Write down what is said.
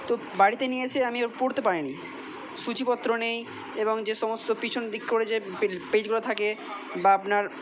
তো বাড়িতে নিয়ে এসে আমি পড়তে পারি নি সূচিপত্র নেই এবং যে সমস্ত পিছন দিক করে যে পেজগুলো থাকে বা আপনার